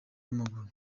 w’amaguru